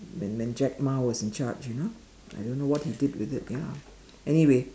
when when Jack Ma was in charge you know I don't know what he did with it ya anyway